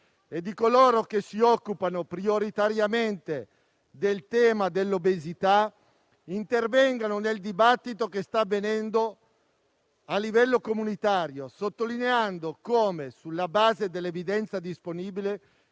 e coloro che si occupano prioritariamente del tema dell'obesità, intervengano nel dibattito che si sta svolgendo a livello comunitario, sottolineando come, sulla base dell'evidenza disponibile,